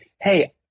hey